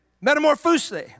Metamorphose